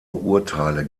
urteile